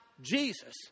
Jesus